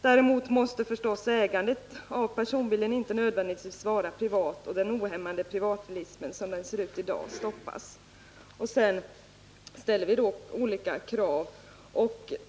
Däremot måste förstås ägandet av personbilen inte nödvändigtvis vara privat och den ohämmade privatbilismen, som den ser ut i dag, stoppas.” I det avseendet ställer vi olika krav.